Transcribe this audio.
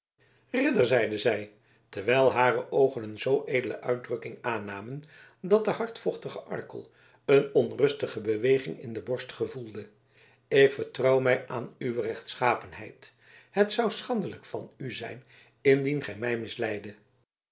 ridder zeide zij terwijl hare oogen een zoo edele uitdrukking aannamen dat de hardvochtige arkel een onrustige beweging in de borst gevoelde ik vertrouw mij aan uwe rechtschapenheid het zou schandelijk van u zijn indien gij mij misleidet